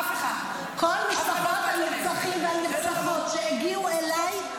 אף אחד --- כל משפחות הנרצחים והנרצחות שהגיעו אליי,